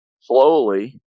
slowly